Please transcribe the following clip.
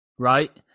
Right